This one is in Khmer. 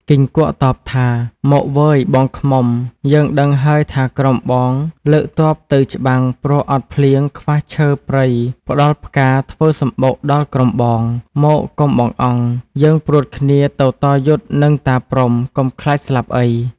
គីង្គក់តបថា “ មកវ៉ឺយ ! បងឃ្មុំ! យើងដឹងហើយថាក្រុមបង លើកទ័ពទៅច្បាំង ព្រោះអត់ភ្លៀងខ្វះឈើព្រៃផ្តល់ផ្កាធ្វើសំបុកដល់ក្រុមបង មកកុំបង្អង់ យើងព្រួតគ្នាទៅតយុទ្ធនឹងតាព្រហ្មកុំខ្លាចស្លាប់អី" ។